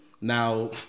Now